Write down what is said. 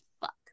fuck